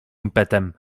impetem